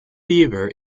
bieber